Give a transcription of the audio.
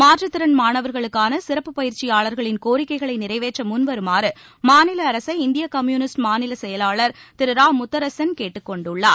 மாற்றுத்திறன் மாணவர்களுக்கான சிறப்பு பயிற்சியாளர்களின் கோரிக்கைகளை நிறைவேற்ற முன்வருமாறு மாநில அரசை இந்திய கம்யூனிஸ்ட் மாநிலச் செயலாளர் திரு இரா முத்தரசன் கேட்டுக் கொண்டுள்ளார்